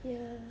ya